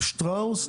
"שטראוס",